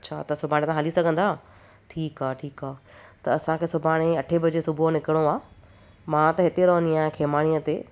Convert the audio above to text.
अच्छा त सुभाणे तव्हां हली सघंदा ठीक आहे ठीक आहे त असांखे सुभाणे अठे बजे सुबुह जो निकिरणो आहे मां त हिते रहंदी आहियां खेमाणीअ ते